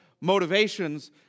motivations